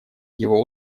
его